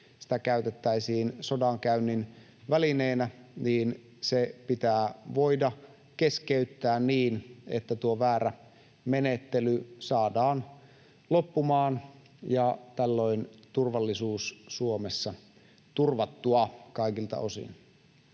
sitä käytettäisiin sodankäynnin välineenä — se pitää voida keskeyttää niin, että tuo väärä menettely saadaan loppumaan ja tällöin turvallisuus Suomessa turvattua kaikilta osin.